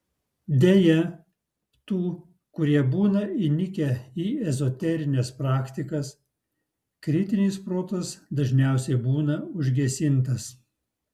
deja tų kurie būna įnikę į ezoterines praktikas kritinis protas dažniausiai būna užgesintas